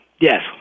Yes